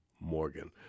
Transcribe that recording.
Morgan